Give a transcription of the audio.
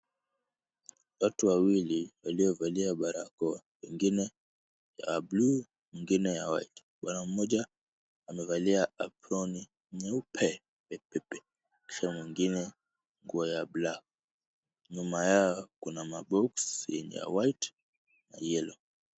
Watu wawili waliovalia barakoa. Wengine ya blue , wengine ya white . Bwana mmoja amevalia aproni nyeupe pepepe kisha mwingine nguo ya black . Nyuma yao kuna maboksi ya white na yellow .